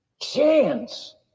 Chance